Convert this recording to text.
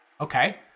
Okay